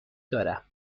دارم